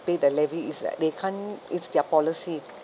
pay the levy it's like they can't it's their policy